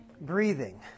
breathing